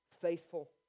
faithful